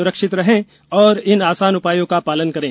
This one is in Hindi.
सुरक्षित रहें और इन आसान उपायों का पालन करें